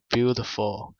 Beautiful 》 ，